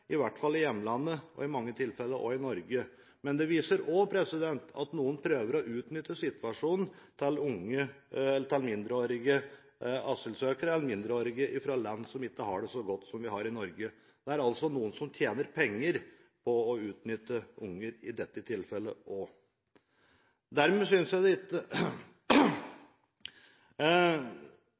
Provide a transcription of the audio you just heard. i hvert fall i hjemlandet, og i mange tilfeller også i Norge. Men det viser også at noen prøver å utnytte situasjonen til mindreårige asylsøkere eller mindreårige fra land som ikke har det så godt som vi har i Norge. Det er altså noen som tjener penger på å utnytte barn i dette tilfellet også. Ut fra det er det ikke